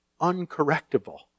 uncorrectable